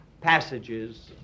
passages